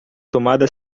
tomada